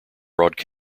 language